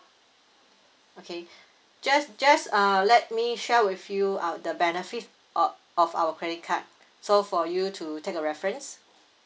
okay just just uh let me share with you uh the benefit of of our credit card so for you to take a reference